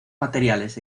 materiales